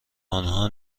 آنها